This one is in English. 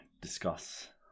discuss